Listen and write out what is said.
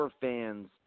fans